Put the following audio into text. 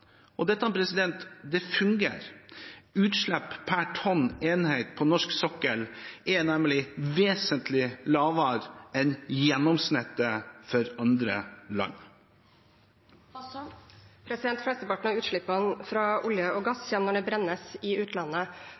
Dette fungerer. Utslipp pr. tonn enhet på norsk sokkel er nemlig vesentlig lavere enn gjennomsnittet for andre land. Flesteparten av utslippene fra olje- og gassvirksomheten kommer når dette brennes i utlandet.